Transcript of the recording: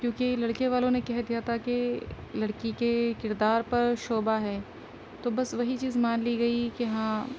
کیونکہ لڑکے والوں نے کہہ دیا تھا کہ لڑکی کے کردار پر شبہہ ہے تو بس وہی چیز مان لی گئی کہ ہاں